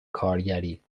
کارگری